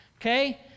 Okay